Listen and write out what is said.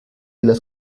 las